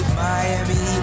Miami